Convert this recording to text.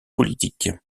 politique